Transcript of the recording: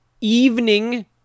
evening